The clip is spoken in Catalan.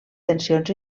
tensions